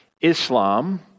Islam